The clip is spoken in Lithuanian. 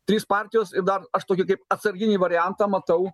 trys partijos ir dar aš tokį kaip atsarginį variantą matau